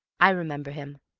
i remember him.